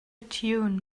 tune